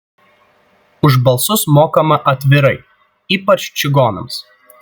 už balsus mokama atvirai ypač čigonams